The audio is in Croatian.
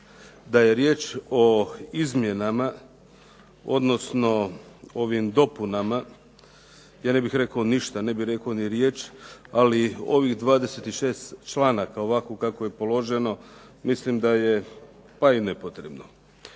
Da je riječ o izmjenama, odnosno ovim dopunama, ja ne bih rekao ništa, ne bih rekao ni riječi, ali ovih 26 članaka ovako kako je položeno, mislim da je pa i nepotrebno.